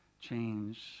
change